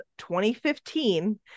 2015